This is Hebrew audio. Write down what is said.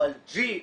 או על G,